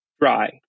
dry